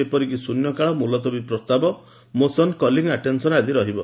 ଯେପରିକି ଶୃନ୍ୟକାଳ ମୁଲତବୀ ପ୍ରସ୍ତାବ ମୋସନ କଲିଂ ଆଟେନସନ ରହିବ